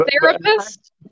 therapist